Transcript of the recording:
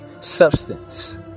substance